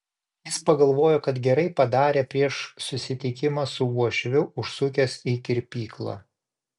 jis pagalvojo kad gerai padarė prieš susitikimą su uošviu užsukęs į kirpyklą